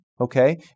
okay